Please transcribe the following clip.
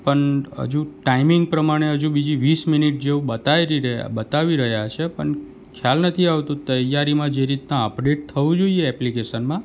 પણ હજુ ટાઈમિંગ પ્રમાણે હજુ બીજી વીસ મિનિટ જેવું બતાવી રહ્યા છે પણ ખ્યાલ નથી આવતું તૈયારીમાં જે રીતના અપડેટ થવું જોઈએ એપ્લિકેશનમાં